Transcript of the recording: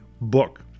book